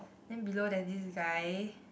then below there's this guy